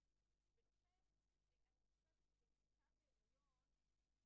באוכלוסייה היה 340, אז בגברים הוא היה 360,